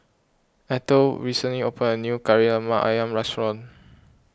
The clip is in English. Eithel recently opened a new Kari Lemak Ayam restaurant